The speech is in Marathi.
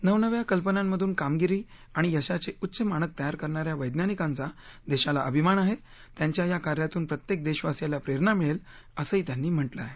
नवनव्या कल्पानांमधून कामगिरी आणि यशाचे उच्च मानक तयार करणा या या वैज्ञानिकांचा देशाला अभिमान आहे त्यांच्या या कार्यातून प्रत्येक देशवासियाला प्रेरणा मिळेल असंही त्यांनी म्हटलं आहे